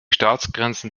staatsgrenzen